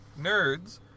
nerds